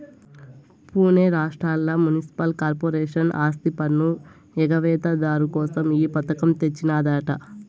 పునే రాష్ట్రంల municipal corporation ఆస్తిపన్ను ఎగవేత దారు కోసం ఈ పథకం తెచ్చినాదట